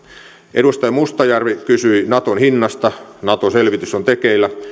edustaja mustajärvi kysyi naton hinnasta nato selvitys on tekeillä